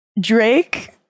Drake